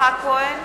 יצחק כהן